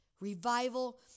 revival